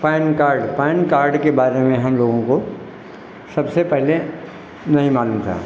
pan card PAN card के बारे में हम लोगों को सबसे पहले नहीं मालूम था